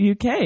UK